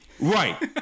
Right